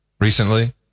recently